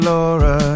Laura